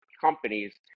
companies